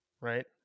right